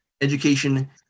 education